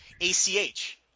ACH